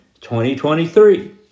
2023